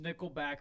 Nickelback